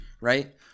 Right